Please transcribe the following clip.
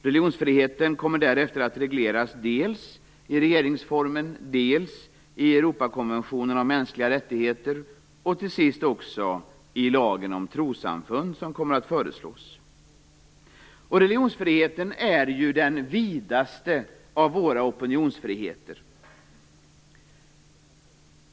Religionsfriheten kommer därefter att regleras dels i regeringsformen, dels i Europakonventionen om mänskliga rättigheter, dels i lagen om trossamfund. Religionsfriheten är ju den vidaste av våra opinionsfriheter.